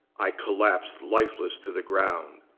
i collapsed lifeless to the ground.